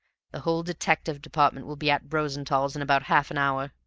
the whole detective department will be at rosenthall's in about half an hour.